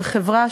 של חברה,